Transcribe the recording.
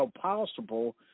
possible